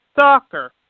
soccer